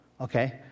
Okay